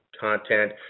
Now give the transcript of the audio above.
content